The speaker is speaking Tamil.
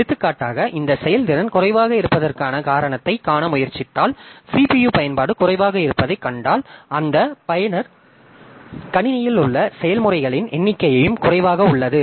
எடுத்துக்காட்டாக இந்த செயல்திறன் குறைவாக இருப்பதற்கான காரணத்தைக் காண முயற்சித்தால் CPU பயன்பாடு குறைவாக இருப்பதைக் கண்டால் அந்த பயனர் கணினியில் உள்ள செயல்முறைகளின் எண்ணிக்கையும் குறைவாக உள்ளது